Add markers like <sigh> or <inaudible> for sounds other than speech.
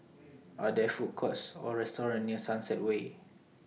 <noise> Are There Food Courts Or restaurants near Sunset Way